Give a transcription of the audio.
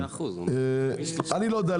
אני לא יודע,